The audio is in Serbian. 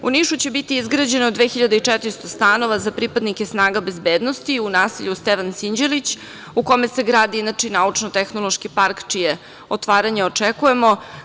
U Nišu će biti izgrađeno 2.400 stanova za pripadnike snaga bezbednosti, u naselju Stevan Sinđelić, u kome se gradi Naučno-tehnološki park, čije otvaranje očekujemo.